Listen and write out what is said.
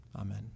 Amen